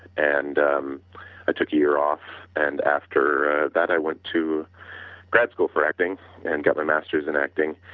and um i took a year off and after that i went to grad school for acting and got my masters in acting